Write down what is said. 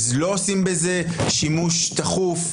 לא עושים בזה שימוש תכוף,